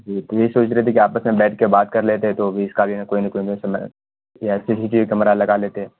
جی تو یہی سوچ رہے تھے کہ آپس میں بیٹھ کے بات کر لیتے تو بھی اس کا بھی کوئی نہ کوئی یا C C T V camera لگا لیتے